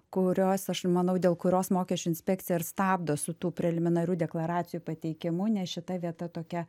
kurios aš manau dėl kurios mokesčių inspekcija ir stabdo su tų preliminarių deklaracijų pateikimu nes šita vieta tokia